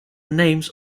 names